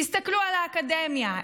תסתכלו על האקדמיה,